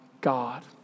God